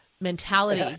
mentality